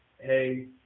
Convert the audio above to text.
hey